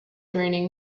draining